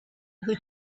who